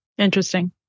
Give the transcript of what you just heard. Interesting